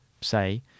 say